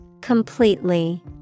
Completely